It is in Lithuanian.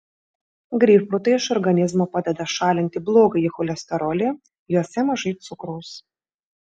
greipfrutai iš organizmo padeda šalinti blogąjį cholesterolį juose mažai cukraus